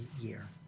year